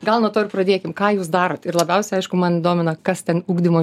gal nuo to ir pradėkim ką jūs darot ir labiausiai aišku man domina kas ten ugdymo